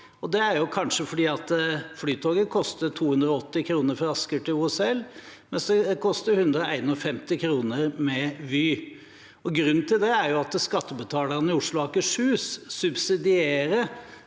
det er kanskje fordi Flytoget koster 280 kr fra Asker til OSL, mens det koster 151 kr med Vy. Grunnen til det er at skattebetalerne i Oslo og Akershus subsidierer